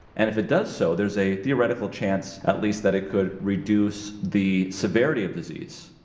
and if it does so, there's a theoretical chance at least that it could reduce the severity of disease.